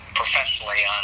professionally